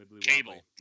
Cable